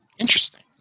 Interesting